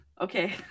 Okay